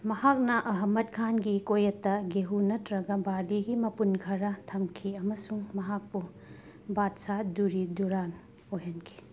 ꯃꯍꯥꯛꯅ ꯑꯍꯃꯗ ꯈꯥꯟꯒꯤ ꯀꯣꯛꯌꯦꯠꯇ ꯒꯦꯍꯨ ꯅꯠꯇ꯭ꯔꯒ ꯕꯥꯔꯂꯤꯒꯤ ꯃꯄꯨꯟ ꯈꯔ ꯊꯝꯈꯤ ꯑꯃꯁꯨꯡ ꯃꯍꯥꯛꯄꯨ ꯕꯥꯗꯁꯥ ꯗꯨꯔꯤ ꯗꯨꯔꯥꯟ ꯑꯣꯏꯍꯟꯈꯤ